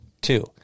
two